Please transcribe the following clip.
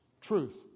truth